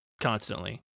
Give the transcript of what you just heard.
constantly